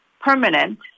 permanent